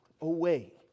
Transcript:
away